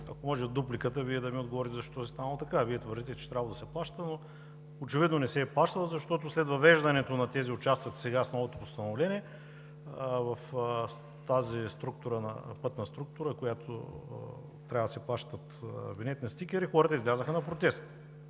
което в дупликата може да ми отговорите защо е станало така. Вие твърдите, че е трябвало да се плаща, но очевидно не се е плащала, защото след въвеждането на тези участъци сега, с новото Постановление, в тази пътна структура, за която трябва да се плащат винетни стикери, хората излязоха на протест